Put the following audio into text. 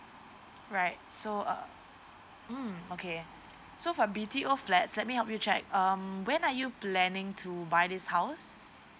right so uh mm okay so for B_T_O flat let me help you check um when are you planning to buy this house